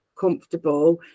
comfortable